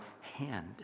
hand